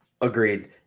Agreed